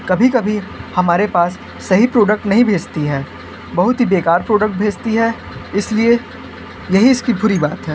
कभी कभी हमारे पास सही प्रोडक्ट नहीं भेजती है बहुत ही बेकार प्रोडक्ट भेजती है इसलिए यही इसकी बुरी बात है